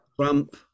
Trump